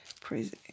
praise